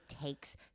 takes